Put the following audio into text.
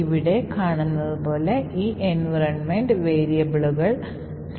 Intel പ്രോസസ്സറുകളിൽ ഇതിനെ NX bit എന്നും AMD പ്രോസസ്സറുകളിൽ ഇതിനെ ND ബിറ്റ് എന്നും വിളിക്കുന്നു